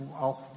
auch